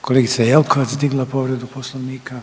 Kolegica Jelkovac je digla povredu Poslovnika.